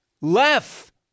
Left